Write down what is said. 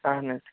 اَہَن حظ